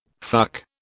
Fuck